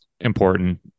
important